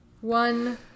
One